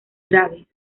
graves